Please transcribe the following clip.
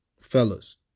Fellas